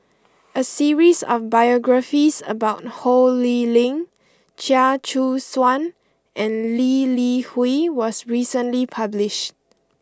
a series of biographies about Ho Lee Ling Chia Choo Suan and Lee Li Hui was recently publish